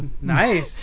Nice